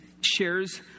shares